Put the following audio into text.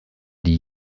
die